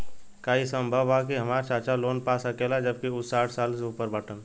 का ई संभव बा कि हमार चाचा लोन पा सकेला जबकि उ साठ साल से ऊपर बाटन?